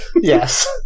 Yes